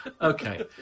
Okay